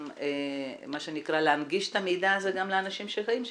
גם מה שנקרא להנגיש את המידע הזה לאנשים שחיים שם.